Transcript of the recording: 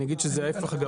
אני אגיד שזה ההפך הגמור.